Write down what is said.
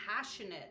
passionate